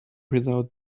without